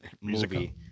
movie